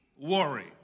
worry